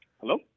Hello